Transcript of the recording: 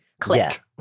click